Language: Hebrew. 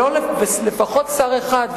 ולפחות שר אחד,